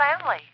family